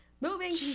Moving